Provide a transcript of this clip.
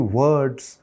words